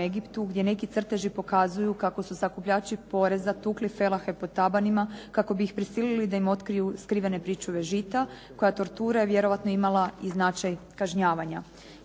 Egiptu gdje neki crteži pokazuju kako su sakupljači poreza tukli Felahe po tabanima kao bi ih prisilili da im otkriju skrivene pričuve žita koja tortura je imala vjerojatno i značaj kažnjavanja.